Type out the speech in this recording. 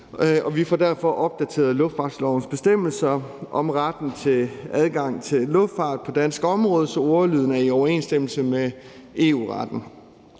vi får derfor opdateret luftfartslovens bestemmelser om retten til adgang til luftfart på dansk område, så ordlyden er i overensstemmelse med EU-retten.